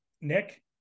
nick